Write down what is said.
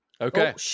Okay